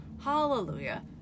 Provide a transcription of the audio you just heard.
Hallelujah